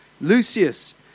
Lucius